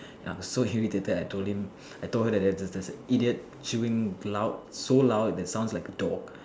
I got so irritated I told him I told her that there was a idiot chewing loud so loud that it sounds like a dog